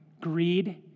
Greed